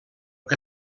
que